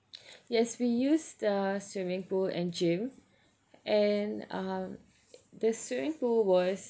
yes we used the swimming pool and gym and um the swimming pool was